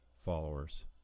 followers